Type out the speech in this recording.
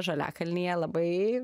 žaliakalnyje labai